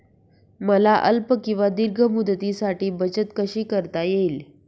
मला अल्प किंवा दीर्घ मुदतीसाठी बचत कशी करता येईल?